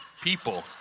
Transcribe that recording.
people